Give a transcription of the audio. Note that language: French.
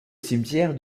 cimetière